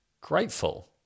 grateful